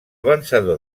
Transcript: vencedor